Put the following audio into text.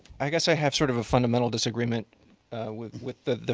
i guess i have sort of a fundamental disagreement with with the the